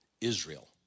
Israel